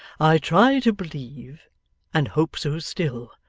i try to believe and hope so still.